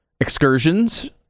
excursions